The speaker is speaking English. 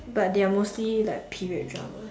but they are mostly like period dramas